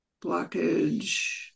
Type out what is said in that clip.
blockage